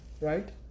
Right